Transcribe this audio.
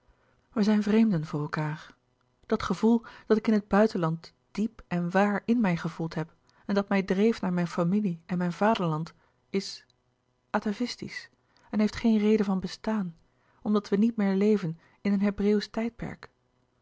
wij zijn vreemden voor elkaâr dat gevoel dat ik in het buitenland diep en waar in mij gevoeld heb en dat mij dreef naar mijn louis couperus de boeken der kleine zielen familie en mijn vaderland is atavistisch en heeft geen reden van bestaan omdat we niet meer leven in een hebreeuwsch tijdperk